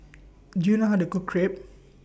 Do YOU know How to Cook Crepe